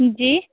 जी